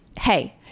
hey